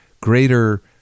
greater